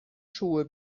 schuhe